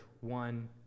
one